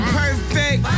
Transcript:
perfect